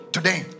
Today